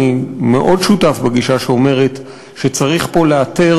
אני מאוד שותף לגישה שאומרת שצריך לאתר